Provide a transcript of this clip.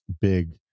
big